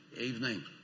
evening